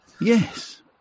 Yes